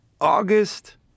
August